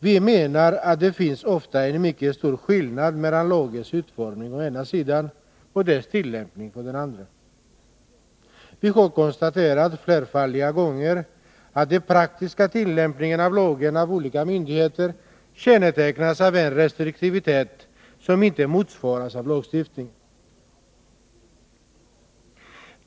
Vi menar att det ofta finns en mycket stor skillnad mellan å ena sidan lagens utformning och å andra sidan dess tillämpning. I Vi har flerfaldiga gånger konstaterat att den praktiska tillämpningen av | lagen av olika myndigheter kännetecknas av en restriktivitet som inte motsvaras av lagstiftningen.